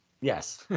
yes